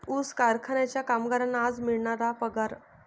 ऊस कारखान्याच्या कामगारांना आज मिळणार पगार